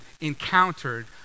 encountered